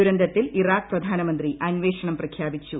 ദുരന്തത്തിൽ ഇറാഖ് പ്രധാനമന്ത്രി അന്വേഷണം പ്രഖ്യാപിച്ചു